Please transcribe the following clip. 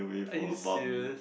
are you serious